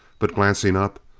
but, glancing up,